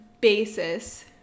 basis